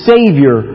Savior